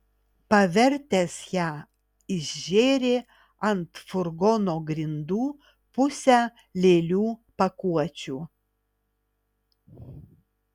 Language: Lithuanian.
pavertęs ją išžėrė ant furgono grindų pusę lėlių pakuočių